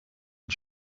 and